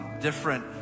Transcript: different